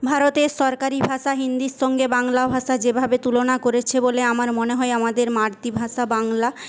ভারতের সরকারি ভাষা হিন্দির সঙ্গে বাংলা ভাষা যেভাবে তুলনা করেছে বলে আমার মনে হয় আমার মাতৃভাষা বাংলা